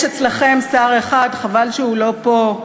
יש אצלכם שר אחד, חבל שהוא לא פה,